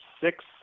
six